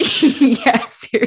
Yes